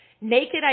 Naked